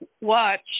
watch